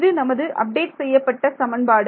இது நமது அப்டேட் செய்யப்பட்ட சமன்பாடு